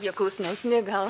jie klusnesni gal